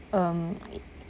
um it